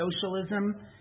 socialism